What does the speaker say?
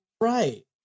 Right